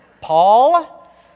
Paul